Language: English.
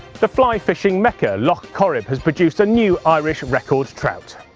the flyfishing mecca lough corrib has produced a new irish record trout.